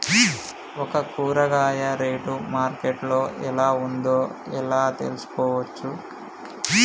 ఒక కూరగాయ rate market లో ఎలా ఉందో ఎలా తెలుసుకోవచ్చు?